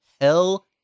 Hell